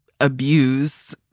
abuse